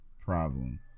problem